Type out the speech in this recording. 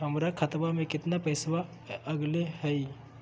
हमर खतवा में कितना पैसवा अगले हई?